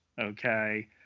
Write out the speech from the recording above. okay